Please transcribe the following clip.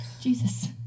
Jesus